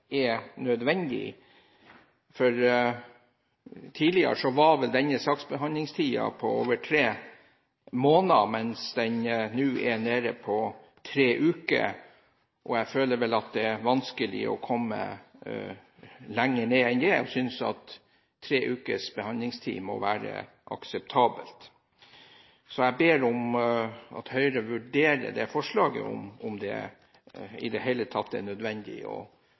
er nødvendig. Tidligere var vel saksbehandlingstiden på over tre måneder, mens den nå er nede i tre uker. Jeg føler at det er vanskelig å komme lenger ned enn det, og synes at tre ukers behandlingstid må være akseptabelt. Så jeg ber om at Høyre vurderer det forslaget, om det i det hele tatt er nødvendig